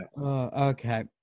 Okay